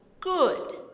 Good